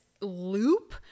loop